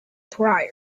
priory